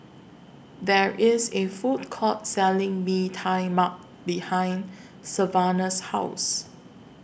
There IS A Food Court Selling Mee Tai Mak behind Savanah's House